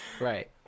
Right